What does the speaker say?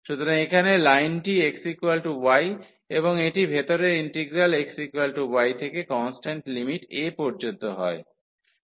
সুতরাং এখানে লাইনটি x y এবং এটি ভেতরের ইন্টিগ্রাল x y থেকে কন্সট্যান্ট লিমিট a পর্যন্ত হয়